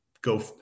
go